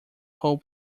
whole